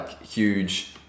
huge